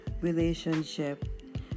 relationship